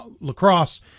lacrosse